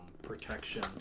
protection